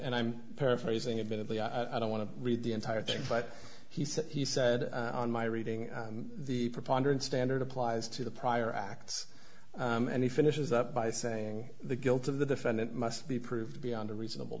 and i'm paraphrasing a bit of the i don't want to read the entire thing but he said he said in my reading the preponderance standard applies to the prior acts and he finishes up by saying the guilt of the defendant must be proved beyond a reasonable